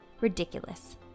Ridiculous